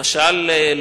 למשל,